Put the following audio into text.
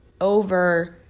over